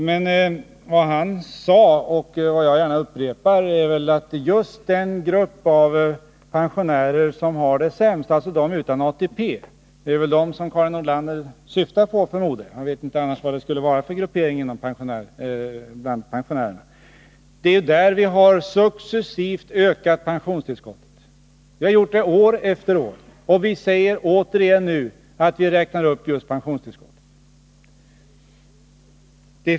Men vad han sade, och vad jag gärna upprepar, är att för just den grupp av pensionärer som har det sämst, alltså de utan ATP — det är väl dem som Karin Nordlander syftar på, för annars vet jag inte vilken grupp det skulle kunna vara — har vi successivt ökat pensionstillskottet. Vi har gjort det år efter år, och vi säger nu återigen att vi räknar upp pensionstillskottet.